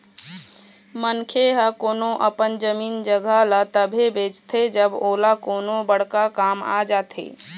मनखे ह कोनो अपन जमीन जघा ल तभे बेचथे जब ओला कोनो बड़का काम आ जाथे